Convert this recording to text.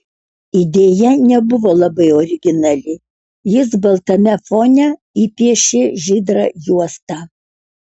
idėja nebuvo labai originali jis baltame fone įpiešė žydrą juostą